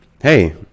hey